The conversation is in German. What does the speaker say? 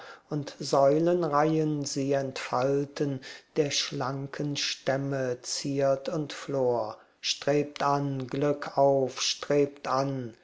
und säulenreihen sie entfalten der schlanken stämme zierd und flor strebt an glück auf strebt an